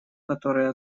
которой